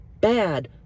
bad